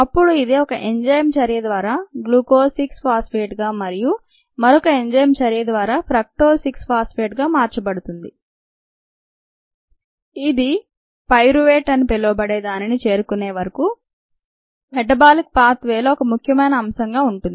అప్పుడు ఇది ఒక ఎంజైమ్ చర్య ద్వారా గ్లూకోజ్ 6 ఫాస్ఫేట్ గా మరియు మరొక ఎంజైమ్ చర్య ద్వారా ఫ్రక్టోజ్ 6 ఫాస్ఫేట్ గా మార్చబడుతుంది ఇది పైరువేట్ అని పిలవబడే దానిని చేరుకునేవరకు మెటబాలిక్ పాత్ వేలో ఒక ముఖ్యమైన అంశంగా ఉంటుంది